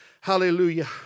Hallelujah